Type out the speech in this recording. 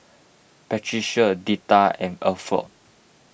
Patricia Deetta and Alford